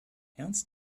ernst